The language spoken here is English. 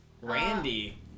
Randy